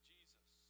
Jesus